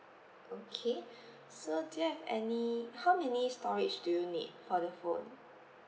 okay so do you have any how many storage do you need for the phone